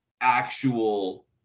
actual